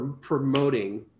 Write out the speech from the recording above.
promoting